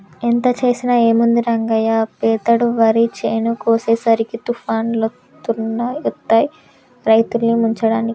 ఎంత చేసినా ఏముంది రంగయ్య పెతేడు వరి చేను కోసేసరికి తుఫానులొత్తాయి రైతుల్ని ముంచడానికి